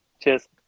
cheers